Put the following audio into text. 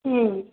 ம்